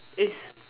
is